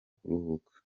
kuruhuka